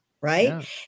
Right